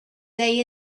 they